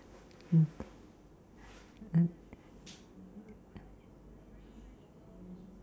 mm mm